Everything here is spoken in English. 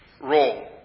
role